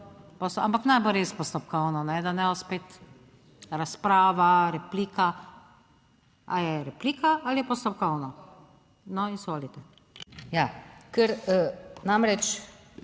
Ampak naj bo res postopkovno, da ne bo spet razprava, replika. Ali je replika ali je postopkovno? No, izvolite.